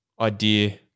idea